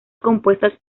compuestas